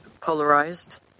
polarized